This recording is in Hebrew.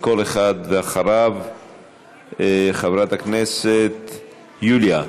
ואחריו חברת הכנסת יוליה,